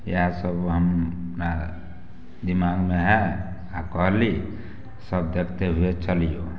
इएह सभ हमरा दिमागमे आयल आओर कहली सभ देखते हुए चलियौ